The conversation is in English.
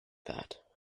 that